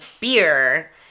beer